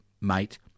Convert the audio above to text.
mate